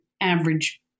average